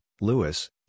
Lewis